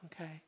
Okay